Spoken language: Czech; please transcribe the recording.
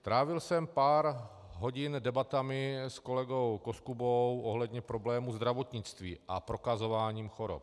Trávil jsem pár hodin debatami s kolegou Koskubou ohledně problému zdravotnictví a prokazování chorob.